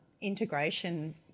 integration